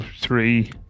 three